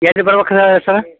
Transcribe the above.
ಎಲ್ಲಿ ಬರ್ಬೇಕು ಸರ್ರ